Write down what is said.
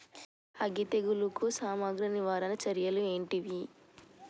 అగ్గి తెగులుకు సమగ్ర నివారణ చర్యలు ఏంటివి?